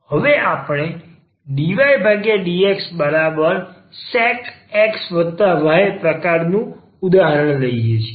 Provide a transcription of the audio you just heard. હવે આપણે dydxsec xy પ્રકારનું ઉદાહરણ લઈએ છીએ